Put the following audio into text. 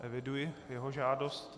Eviduji jeho žádost.